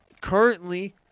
currently